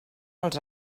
als